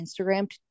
Instagram